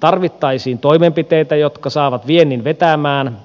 tarvittaisiin toimenpiteitä jotka saavat viennin vetämään